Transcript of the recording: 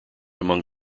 among